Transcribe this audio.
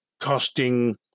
costing